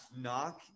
Knock